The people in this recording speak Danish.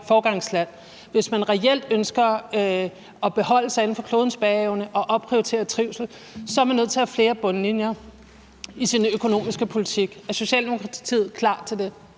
Hvis man reelt ønsker at holde sig inden for klodens bæreevne og opprioritere trivsel, er man nødt til at have flere bundlinjer i sin økonomiske politik. Er Socialdemokratiet klar til det?